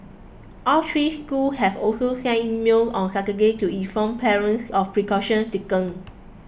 all three school have also sent email on Saturday to inform parents of precaution taken